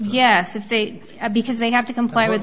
yes if they because they have to comply with